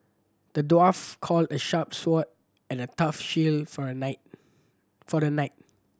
the dwarf call a sharp sword and a tough shield for a knight for the knight